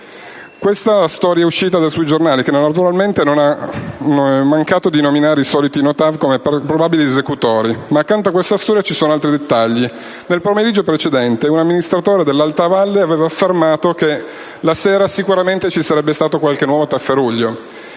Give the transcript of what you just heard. Questa la storia uscita sui giornali, che naturalmente non ha mancato di nominare i soliti "no TAV" come probabili esecutori. Ma accanto a questa storia ci sono altri dettagli. Nel pomeriggio precedente un amministratore dell'alta valle aveva affermato che la sera sicuramente ci sarebbe stato qualche nuovo tafferuglio.